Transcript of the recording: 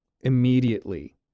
immediately